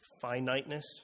finiteness